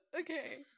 Okay